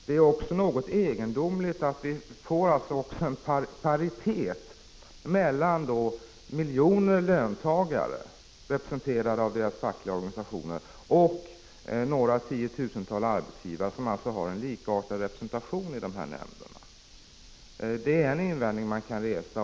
Det är också något egendomligt att vi får en paritet mellan miljoner löntagare, representerade av deras fackliga organisationer, och några tiotusentals arbetsgivare, som har en likartad representation i dessa nämnder. Det är en invändning som kan resas.